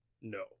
No